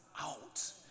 out